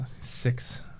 six